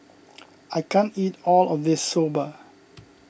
I can't eat all of this Soba